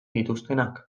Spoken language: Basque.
dituztenak